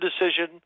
decision –